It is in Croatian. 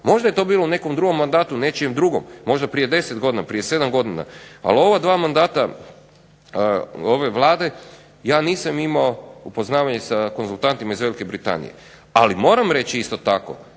Možda je to bilo u nekom drugom mandatu, možda prije 10, 7 godine, ali u ova dva mandata ove vlade ja nisam imao upoznavanje sa konzultantima iz Velike Britanije. Ali moramo reći isto tako,